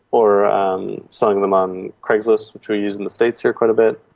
or um selling them on craigslist which we use in the states here quite a bit.